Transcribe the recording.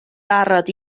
barod